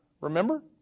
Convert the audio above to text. remember